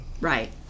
Right